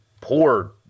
poor